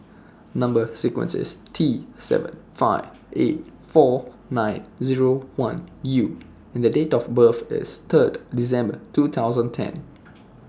Number sequence IS T seven five eight four nine Zero one U and The Date of birth IS Third December two thousand ten